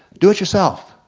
do it yourself.